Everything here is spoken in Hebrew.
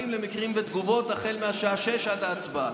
למקרים ותגובות החל מהשעה 18:00 עד ההצבעה.